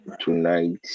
tonight